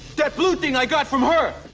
that blue thing i got from her!